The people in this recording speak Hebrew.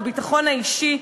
בביטחון האישי,